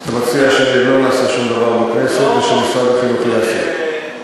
אז אתה מציע שלא נעשה שום דבר בכנסת ושמשרד החינוך לא יעשה?